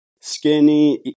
skinny